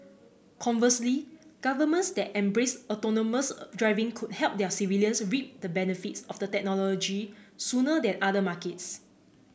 conversely governments that embrace autonomous of driving could help their civilians reap the benefits of the technology sooner than other markets